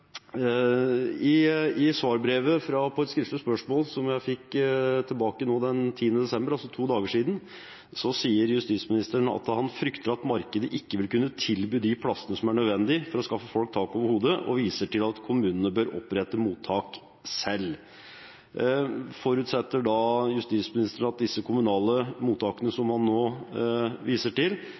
I svarbrevet på et skriftlig spørsmål jeg fikk nå den 10. desember, altså for to dager siden, sier justisministeren at han frykter at markedet ikke vil kunne tilby plassene som er nødvendig for å skaffe folk tak over hodet, og viser til at kommunene bør opprette mottak selv. Forutsetter da justisministeren at disse kommunale mottakene man nå viser til,